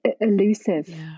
elusive